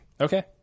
Okay